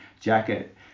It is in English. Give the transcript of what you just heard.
jacket